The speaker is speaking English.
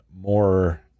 more